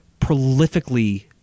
prolifically